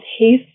taste